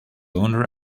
owner